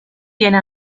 tiene